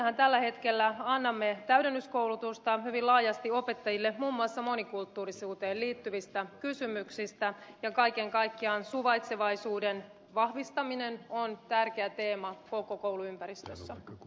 sinänsähän tällä hetkellä annamme täydennyskoulutusta hyvin laajasti opettajille muun muassa monikulttuurisuuteen liittyvistä kysymyksistä ja kaiken kaikkiaan suvaitsevaisuuden vahvistaminen on tärkeä teema koko kouluympäristössä